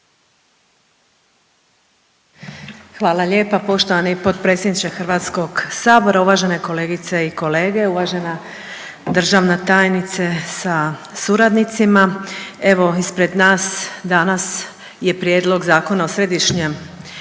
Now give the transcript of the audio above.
Hvala lijepa poštovani potpredsjedniče HS-a, uvažene kolegice i kolege, uvažena državna tajnice sa suradnicima. Evo, ispred nas danas je prijedlog Zakona o Središnjem registru